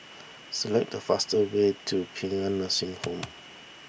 select the fastest way to Paean Nursing Home